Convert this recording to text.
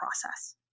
process